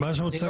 מה שהוצג